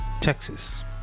Texas